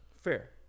fair